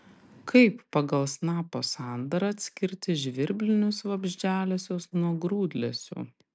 kaip pagal snapo sandarą atskirti žvirblinius vabzdžialesius nuo grūdlesių